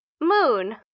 Moon